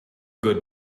good